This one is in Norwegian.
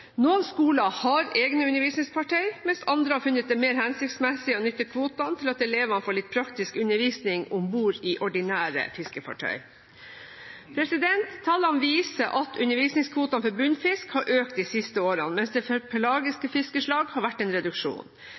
Noen skoler har egne undervisningsfartøy, mens andre har funnet det mer hensiktsmessig å nytte kvotene til at elever får litt praktisk undervisning om bord i ordinære fiskefartøy. Tallene viser at undervisningskvotene for bunnfisk har økt de siste årene, mens det for pelagiske fiskeslag har vært en reduksjon.